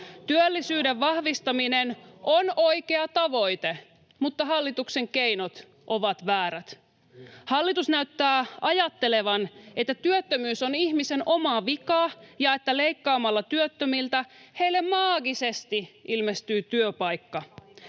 Työllisyyden vahvistaminen on oikea tavoite, mutta hallituksen keinot ovat väärät. Hallitus näyttää ajattelevan, että työttömyys on ihmisen oma vika ja että leikkaamalla työttömiltä heille maagisesti ilmestyy työpaikka.